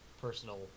personal